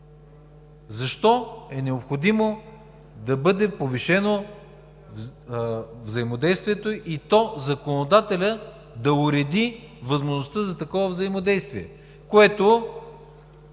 Защо е необходимо да бъде повишено взаимодействието и законодателят да уреди възможността за такова взаимодействие, което